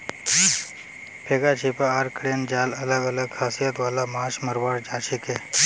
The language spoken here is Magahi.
फेका छीपा आर क्रेन जाल अलग अलग खासियत वाला माछ मरवार जाल छिके